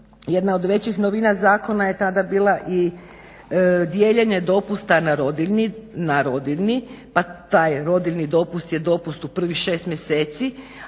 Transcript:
jedna od većih novina zakona je tada bila i dijeljenje dopusta na rodiljni, pa taj rodiljni dopust je dopust u prvih 6 mjeseci